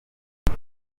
iki